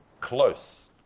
Close